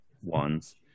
ones